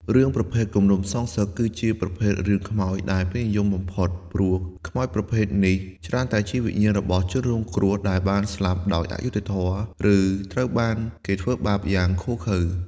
រឿងប្រភេទគំនុំសងសឹក គឺជាប្រភេទរឿងខ្មោចដែលពេញនិយមបំផុត ព្រោះខ្មោចប្រភេទនេះច្រើនតែជាវិញ្ញាណរបស់ជនរងគ្រោះដែលបានស្លាប់ដោយអយុត្តិធម៌ ឬត្រូវគេធ្វើបាបយ៉ាងឃោរឃៅ។